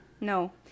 No